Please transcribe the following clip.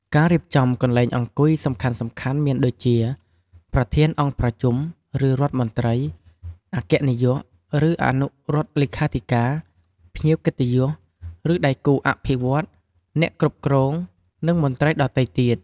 ការរៀបចំកន្លែងអង្គុយសំខាន់ៗមានដូចជា ប្រធានអង្គប្រជុំ ឬរដ្ឋមន្ត្រី អគ្គនាយក ឬអនុរដ្ឋលេខាធិការ ភ្ញៀវកិត្តិយស ឬដៃគូអភិវឌ្ឍន៍ អ្នកគ្រប់គ្រង និងមន្ត្រីដទៃទៀត។